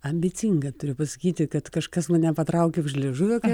ambicinga turiu pasakyti kad kažkas mane patraukė už liežuvio kai